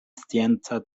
scienca